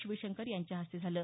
शिवशंकर यांच्या हस्ते झालं